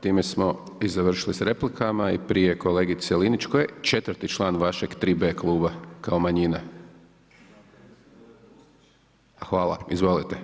Time smo i završili sa replikama i prije kolegice Linić, koji je četvrti član vašeg 3b kluba kao manjina? … [[Upadica se ne čuje.]] Hvala, izvolite.